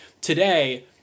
today